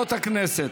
וחברות הכנסת,